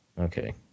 Okay